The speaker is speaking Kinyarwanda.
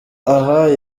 aha